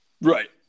right